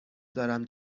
دارم